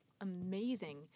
amazing